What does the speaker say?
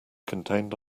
contained